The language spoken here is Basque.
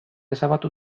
ezabatu